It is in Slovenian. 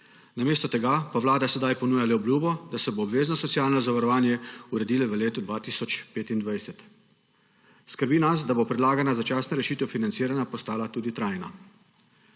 Namesto tega pa Vlada sedaj ponuja le obljubo, da se bo obvezno socialno zavarovanje uredilo v letu 2025. Skrbi nas, da bo predlagana začasna rešitev financiranja postala tudi trajna.